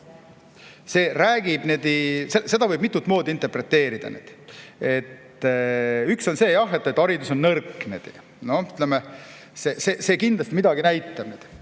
Seda võib mitut moodi interpreteerida. Üks on see, et haridus on nõrk. See kindlasti midagi näitab.